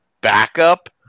backup